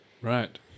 Right